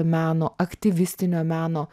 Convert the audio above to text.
meno aktyvistinio meno